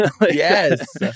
Yes